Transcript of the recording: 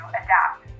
adapt